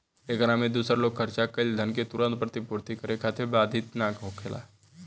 एकरा में दूसर लोग खर्चा कईल धन के तुरंत प्रतिपूर्ति करे खातिर बाधित ना होखेला